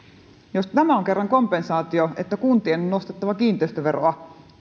jos tämä on kerran kompensaatio että kuntien on nostettava kiinteistöveroa